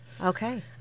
Okay